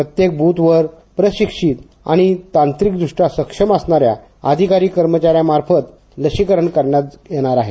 प्रत्ये बुथवर प्रशिक्षित आणि तांत्रिक दृष्ट्या सक्षम असणाऱ्या अधिकारी कर्मचाऱ्यांमार्फत लसिकरण करण्यात येणार आहे